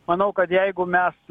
manau kad jeigu mes